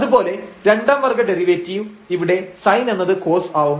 അതുപോലെ രണ്ടാം വർഗ്ഗ ഡെറിവേറ്റീവ് ഇവിടെ sin എന്നത് cos ആവും